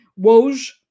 Woj